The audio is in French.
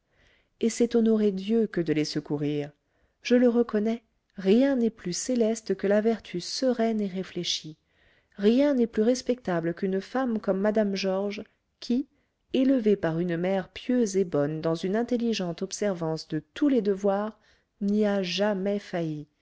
et c'est honorer dieu que de les secourir je le reconnais rien n'est plus céleste que la vertu sereine et réfléchie rien n'est plus respectable qu'une femme comme mme georges qui élevée par une mère pieuse et bonne dans une intelligente observance de tous les devoirs n'y a jamais failli